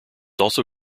also